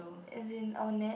as in our nat